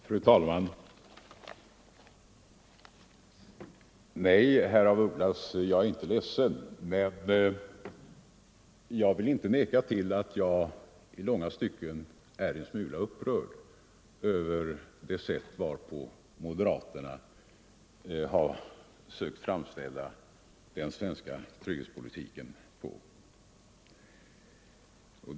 Fru talman! Nej, herr af Ugglas, jag är inte ledsen, men jag vill inte neka till att jag i långa stycken är en smula upprörd över det sätt varpå moderaterna har sökt framställa den svenska trygghetspolitiken.